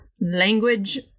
language